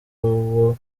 uwo